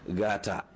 gata